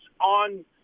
on